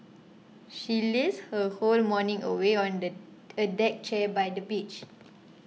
she lazed her whole morning away on a a deck chair by the beach